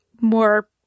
more